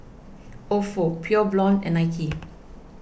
Ofo Pure Blonde and Nike